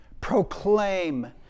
proclaim